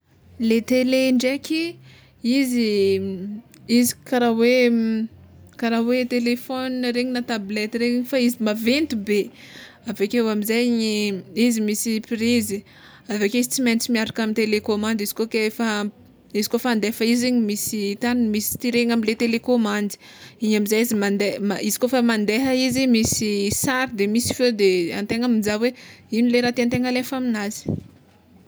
Le tele ndraiky izy izy kara hoe kara hoe telefôna reny na tablety regny fa izy maventy be, aveke amizay izy misy prizy, aveke izy tsy maintsy miaraka amy telecommande, izy koa ke fa izy kôfa handefa izy igny misy tany misy tirena amle telecommandy, igny amizay izy mande ma- izy kôfa mande izy misy sary de misy feo de antegna mizaha hoe ino le raha tiantegna alefa aminazy.